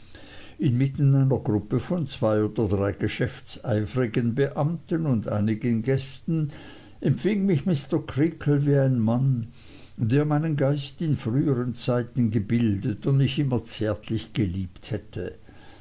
inmitten einer gruppe von zwei oder drei geschäftseifrigen beamten und einigen gästen empfing mich mr creakle wie ein mann der meinen geist in früheren zeiten gebildet und mich immer zärtlich geliebt hätte